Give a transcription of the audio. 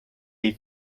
les